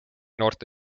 noorte